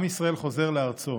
עם ישראל חוזר לארצו